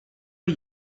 are